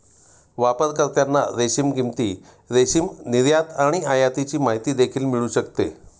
वापरकर्त्यांना रेशीम किंमती, रेशीम निर्यात आणि आयातीची माहिती देखील मिळू शकते